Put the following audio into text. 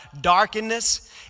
darkness